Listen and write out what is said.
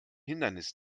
hindernis